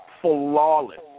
Flawless